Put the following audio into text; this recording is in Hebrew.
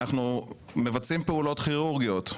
אנחנו מבצעים פעולות כירורגיות,